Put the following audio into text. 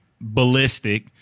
ballistic